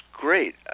great